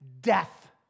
death